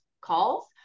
calls